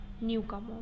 newcomer